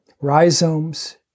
rhizomes